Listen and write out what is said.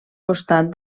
costat